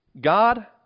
God